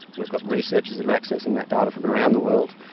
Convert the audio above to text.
we've got researchers that are accessing that data from around the world,